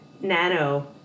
Nano